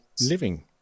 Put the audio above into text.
living